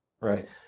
right